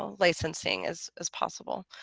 licensing as as possible,